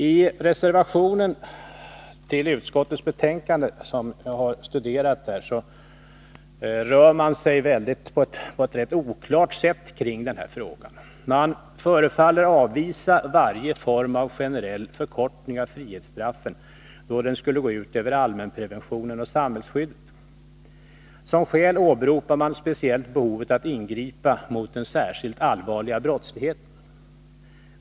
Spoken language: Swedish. I reservationen till justitieutskottets betänkande 26, som jag har studerat, rör man sig på ett rätt oklart sätt kring denna fråga. Man förefaller avvisa varje form av generell förkortning av frihetsstraffen, då den skulle gå ut över allmänpreventionen och samhällsskyddet. Som skäl åberopar man speciellt behovet att ingripa mot den särskilt allvarliga brottsligheten.